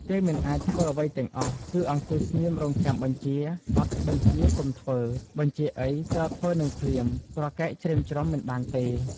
គេមិនអាចធ្វើអ្វីទាំងអស់ គឺអង្គុយស្ងៀមរងចាំបញ្ជា អត់បញ្ជាកុំធ្វើ បញ្ជាអីត្រូវធ្វើនឹងភ្លាម ប្រកែកច្រេមច្រុមមិនបានទេ។